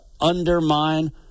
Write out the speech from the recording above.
undermine –